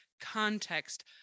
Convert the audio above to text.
context